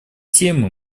темы